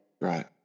Right